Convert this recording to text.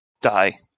die